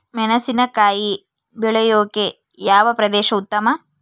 ಮೆಣಸಿನಕಾಯಿ ಬೆಳೆಯೊಕೆ ಯಾವ ಪ್ರದೇಶ ಉತ್ತಮ?